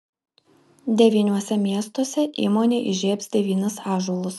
devyniuose miestuose įmonė įžiebs devynis ąžuolus